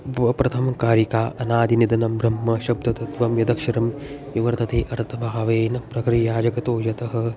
प्रथमकारिका अनादिनिधनं ब्रह्म शब्दतत्त्वं यदक्षरम् विवर्तते अर्थभावेन प्रक्रिया जगतो यतः